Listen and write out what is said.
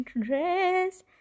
dress